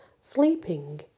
sleeping